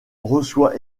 reçoit